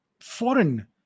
foreign